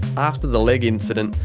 after the leg incident,